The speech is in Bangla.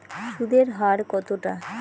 সুদের হার কতটা?